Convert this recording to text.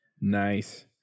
Nice